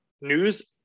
news